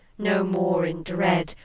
no more in dread,